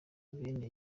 bene